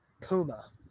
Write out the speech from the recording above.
Puma